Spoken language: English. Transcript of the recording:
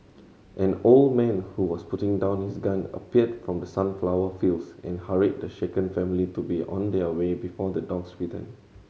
an old man who was putting down his gun appeared from the sunflower fields and hurried the shaken family to be on their way before the dogs return